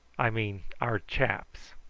i mean our chaps.